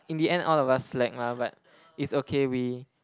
in the end all of us slack mah but it's okay we